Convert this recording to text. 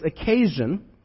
occasion